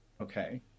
okay